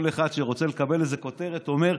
כל אחד שרוצה לקבל כותרת אומר: